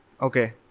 Okay